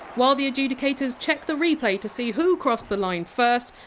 while the adjudicators check the replay to see who crossed the line first,